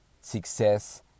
success